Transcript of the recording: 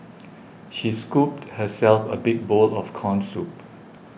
she scooped herself a big bowl of Corn Soup